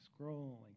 scrolling